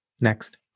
next